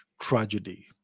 tragedy